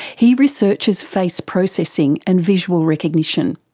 he researches face processing and visual recognition.